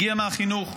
הגיעה מהחינוך.